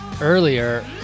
earlier